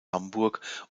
hamburg